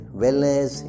wellness